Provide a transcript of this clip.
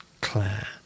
claire